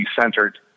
centered